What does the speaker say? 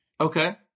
Okay